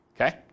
okay